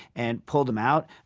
and pulled them out,